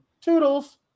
Toodles